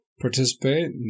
participate